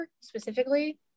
specifically